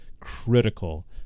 critical